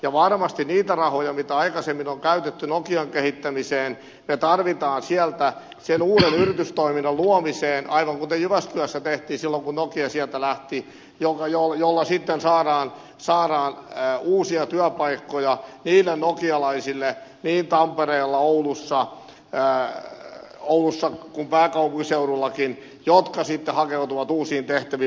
ja varmasti niitä rahoja joita aikaisemmin on käytetty nokian kehittämiseen me tarvitsemme sen uuden yritystoiminnan luomiseen aivan kuten jyväskylässä tehtiin silloin kun nokia sieltä lähti millä sitten saadaan uusia työpaikkoja niille nokialaisille niin tampereella oulussa kuin pääkaupunkiseudullakin jotka sitten hakeutuvat uusiin tehtäviin